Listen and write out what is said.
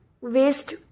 waste